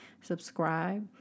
subscribe